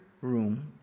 room